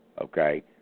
okay